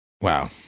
wow